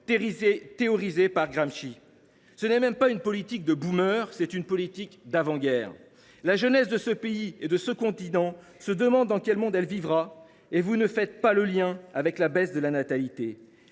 théorisé par Gramsci. Ce n’est même pas une politique de, c’est une politique d’avant guerre ! La jeunesse de ce pays et de ce continent se demande dans quel monde elle vivra, et vous ne faites pas le lien avec la baisse de la natalité…